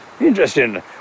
Interesting